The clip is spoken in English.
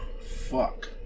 fuck